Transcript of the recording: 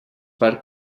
per